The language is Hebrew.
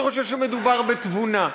אני חושב שמדובר בתבונה,